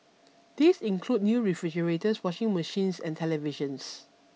these include new refrigerators washing machines and televisions